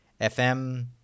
FM